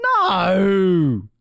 no